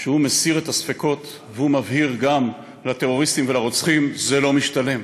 הוא מסיר את הספקות והוא מבהיר גם לטרוריסטים ולרוצחים: זה לא משתלם.